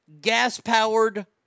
gas-powered